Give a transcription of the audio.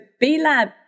B-Lab